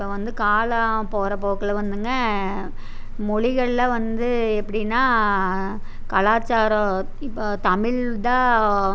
இப்போ வந்து காலம் போகற போக்கில் வந்துங்க மொழிகளில் வந்து எப்படினா கலாச்சாரம் இப்போ தமிழ் தான்